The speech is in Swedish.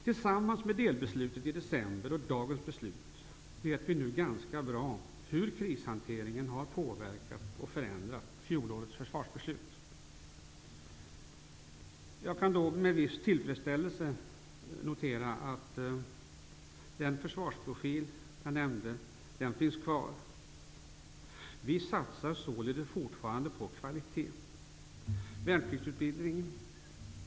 Genom att se på delbeslutet i december tillsammans med dagens beslut vet vi ganska bra hur krishanteringen har påverkat och förändrat fjolårets försvarsbeslut. Jag kan då med viss tillfredsställelse notera att den försvarsprofil som jag nämnde finns kvar. Vi satsar således fortfarande på kvalitet.